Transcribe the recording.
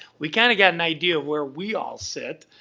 we kind of got an idea of where we all sit,